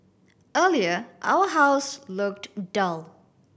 earlier our house looked dull